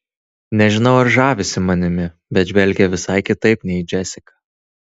nežinau ar žavisi manimi bet žvelgia visai kitaip nei į džesiką